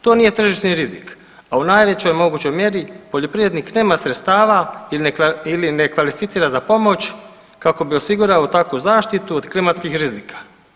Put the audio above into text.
To nije tržišni rizik, a u najvećoj mogućoj mjeri poljoprivrednik nema sredstava ili ne kvalificira za pomoć kako bi osigurao takvu zaštitu od klimatskih rizika.